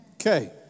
Okay